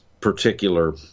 particular